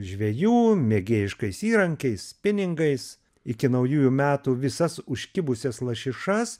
žvejų mėgėjiškais įrankiais spiningais iki naujųjų metų visas užkibusias lašišas